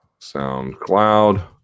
SoundCloud